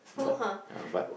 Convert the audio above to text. but uh but